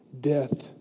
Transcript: Death